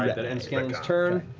um that that ends scanlan's turn.